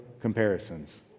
comparisons